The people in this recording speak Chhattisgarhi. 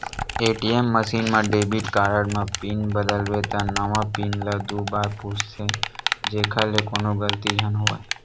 ए.टी.एम मसीन म डेबिट कारड म पिन बदलबे त नवा पिन ल दू बार पूछथे जेखर ले कोनो गलती झन होवय